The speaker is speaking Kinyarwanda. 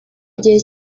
igihe